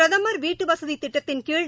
பிரதம் வீட்டு வசதி திட்டத்தின் கீழ்